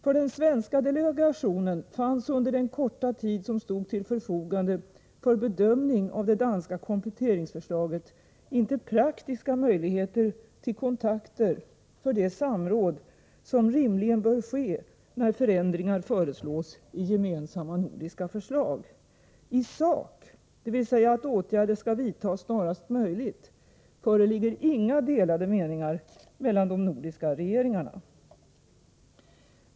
För den svenska delegationen fanns under den korta tid som stod till förfogande för bedömning av det danska kompletteringsförslaget inte praktiska möjligheter till kontakter för det samråd som rimligen bör ske när förändringar föreslås i gemensamma nordiska förslag. I sak — dvs. om att åtgärder skall vidtas snarast möjligt — föreligger inga delade meningar mellan de nordiska regeringarna.